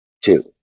two